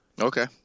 Okay